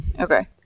Okay